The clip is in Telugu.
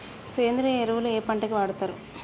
సేంద్రీయ ఎరువులు ఏ పంట కి వాడుతరు?